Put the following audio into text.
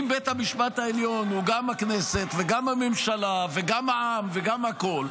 אם בית המשפט העליון הוא גם הכנסת וגם הממשלה וגם העם וגם הכול,